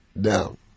down